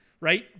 right